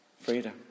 Freedom